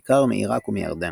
בעיקר מעיראק ומירדן.